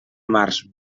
març